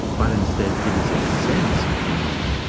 but instead it is a sense of unity.